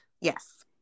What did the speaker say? Yes